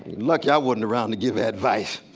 lucky i wasn't around to give advice.